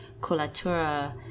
colatura